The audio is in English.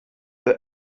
the